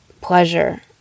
Pleasure